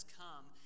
come